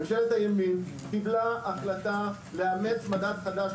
ממשלת הימין קיבלה החלטה לאמץ מדד חדש,